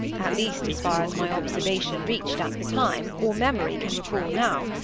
at least as far as my observation reached at the time, or memory can recall now,